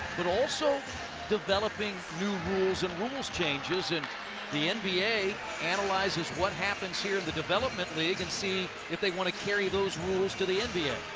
but also developing new rules and rules changes. and the and nba analyzes what happens here in the development league and see if they want to carry those rules to the nba.